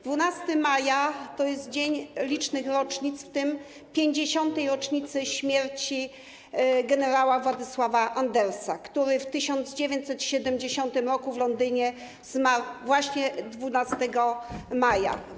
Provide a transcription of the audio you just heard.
12 maja to jest dzień licznych rocznic, w tym 50. rocznicy śmierci gen. Władysława Andersa, który w 1970 r. w Londynie zmarł właśnie 12 maja.